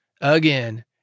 again